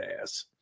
ass